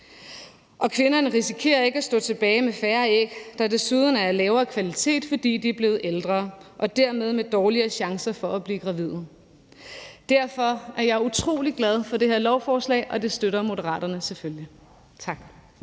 Og kvinderne risikerer ikke at stå tilbage med færre æg, der desuden er af lavere kvalitet, fordi de er blevet ældre og dermed med dårligere chancer for at blive gravide. Derfor er jeg utrolig glad for det her lovforslag, og det støtter Moderaterne selvfølgelig. Tak.